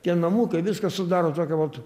tie namukai viskas sudaro tokią vot